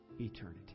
eternity